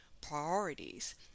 priorities